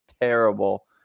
terrible